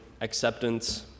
acceptance